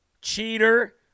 cheater